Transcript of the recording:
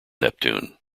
neptune